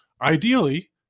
Ideally